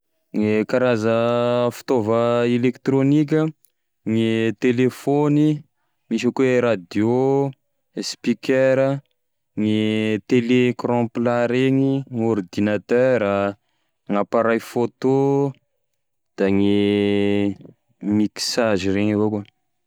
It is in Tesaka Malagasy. Gne karaza fitaova elektrônika: gne telefony, misy ao koa e radio, speaker, gne tele ecran plat reny, gn'ordinatera, gn'appareil photo, da gne mixage reny avao koa.